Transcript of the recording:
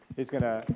he's gonna,